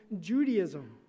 Judaism